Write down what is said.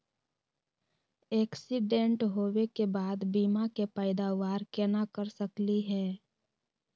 Accident होवे के बाद बीमा के पैदावार केना कर सकली हे?